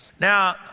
Now